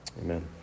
Amen